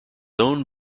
owned